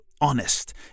honest